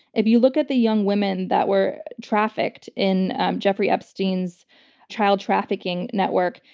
if you look at the young women that were trafficked in jeffrey epstein's child trafficking network,